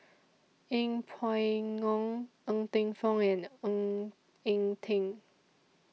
Yeng Pway Ngon Ng Teng Fong and Ng Eng Teng